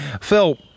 Phil